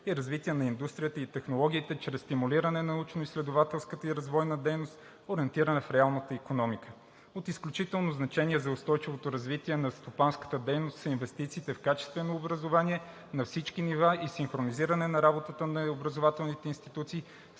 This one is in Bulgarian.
и развитие на индустрията и технологиите чрез стимулиране на научно-изследователската и развойната дейност, ориентирана в реалната икономика. От изключително значение за устойчивото развитие на стопанската дейност са инвестициите в качествено образование на всички нива и синхронизиране на работата на образователните институции